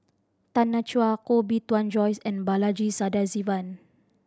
Tanya Chua Koh Bee Tuan Joyce and Balaji Sadasivan